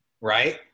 Right